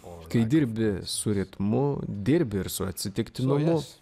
kai dirbi su ritmu dirbi ir su atsitiktinumu